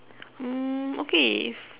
mm okay if